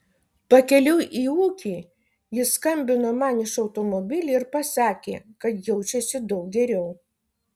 pakeliui į ūkį jis skambino man iš automobilio ir pasakė kad jaučiasi daug geriau